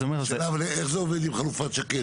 השאלה אבל איך זה עובד עם חלופת שקד.